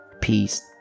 peace